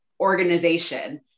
organization